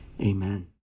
Amen